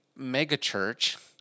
megachurch